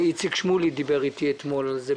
אתמול איציק שמולי דיבר איתי על זה,